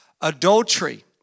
Adultery